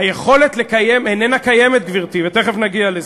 היכולת לקיים איננה קיימת, גברתי, ותכף נגיע לזה.